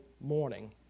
morning